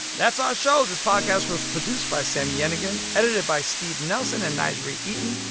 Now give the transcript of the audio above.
that's our show. this podcast was produced by sami yenigun, edited by steve nelson and n'jeri eaton,